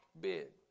bid